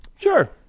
Sure